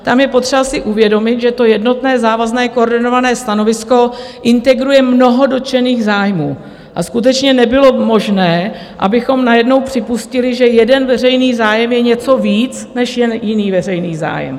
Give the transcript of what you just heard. Tam je potřeba si uvědomit, že jednotné závazné koordinované stanovisko integruje mnoho dotčených zájmů a skutečně nebylo možné, abychom najednou připustili, že jeden veřejný zájem je něco víc než je jiný veřejný zájem.